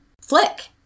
flick